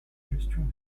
gestion